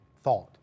thought